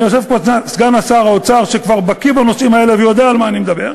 יושב פה סגן שר האוצר שכבר בקי בנושאים האלה ויודע על מה אני מדבר,